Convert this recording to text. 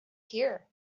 here